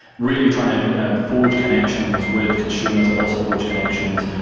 really trying to you know forge connections with consumers but also forge connections,